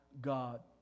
God